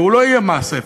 והוא לא יהיה מס אפס,